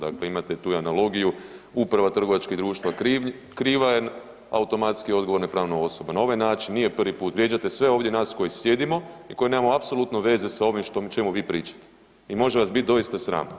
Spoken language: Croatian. Dakle imate tu i analogiju, uprava trgovačkih društava kriva je automatski odgovorne pravne osobe na ovaj način, nije prvi put vrijeđate sve ovdje nas koji sjedimo i koji nemamo apsolutne veze s ovim o čemu vi pričate i može vas biti doista sram.